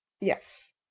yes